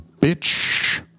bitch